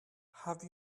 have